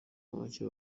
make